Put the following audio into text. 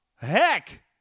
heck